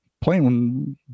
playing